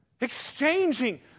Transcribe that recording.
Exchanging